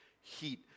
heat